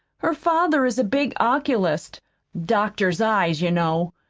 her father is a big oculist doctors eyes, you know.